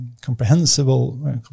comprehensible